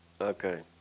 Okay